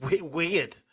weird